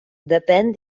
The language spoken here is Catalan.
depén